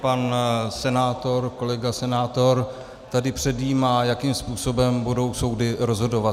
Pan kolega senátor tady předjímá, jakým způsobem budou soudy rozhodovat.